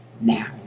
now